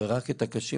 ורק את הקשים,